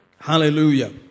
Hallelujah